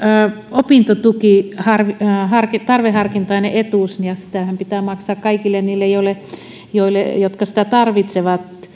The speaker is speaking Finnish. opintotuki on tarveharkintainen etuus ja sitähän pitää maksaa kaikille niille jotka sitä tarvitsevat